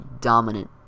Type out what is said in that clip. dominant